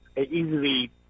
easily